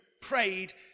prayed